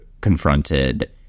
confronted